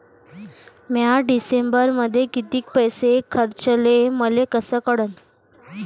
म्या डिसेंबरमध्ये कितीक पैसे खर्चले मले कस कळन?